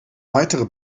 weitere